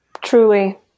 Truly